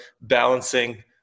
balancing